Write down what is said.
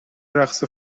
رقص